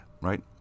right